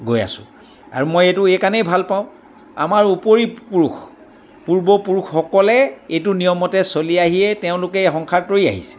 গৈ আছোঁ আৰু মই এইটো এইকাৰণেই ভাল পাওঁ আমাৰ উপৰি পুৰুষ পূৰ্বপুৰুষসকলে এইটো নিয়মতে চলি আহিয়ে তেওঁলোকে এই সংসাৰ তৰি আহিছে